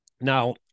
Now